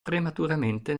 prematuramente